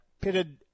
pitted